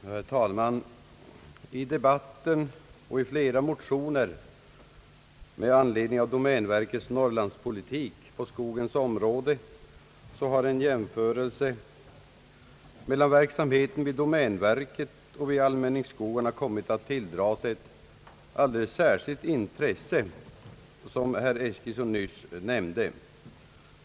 Herr talman! I debatten och i flera motioner med anledning av domänverkets norrlandspolitik på skogens område har en jämförelse mellan verksamheten vid domänverket och vid allmänningsskogarna kommit att tilldra sig ett alldeles särskilt intresse, vilket herr Eskilsson nyss nämnde.